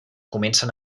comencen